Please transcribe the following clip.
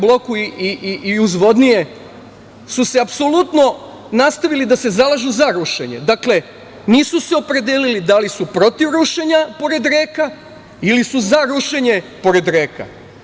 Bloku i uzvodnije su se apsolutno nastavili da se zalažu za rušenje, dakle nisu se opredelili da li su protiv rušenja pored reka ili su za rušenje pored reka.